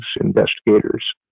investigators